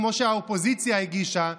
כמו שהאופוזיציה הגישה,